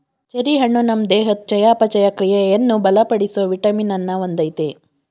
cherry ಹಣ್ಣು ನಮ್ ದೇಹದ್ ಚಯಾಪಚಯ ಕ್ರಿಯೆಯನ್ನು ಬಲಪಡಿಸೋ ವಿಟಮಿನ್ ಅನ್ನ ಹೊಂದಯ್ತೆ